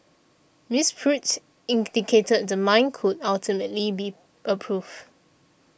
Miss Pruitt indicated the mine could ultimately be approved